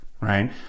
right